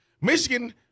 Michigan